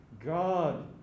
God